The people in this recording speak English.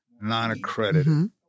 non-accredited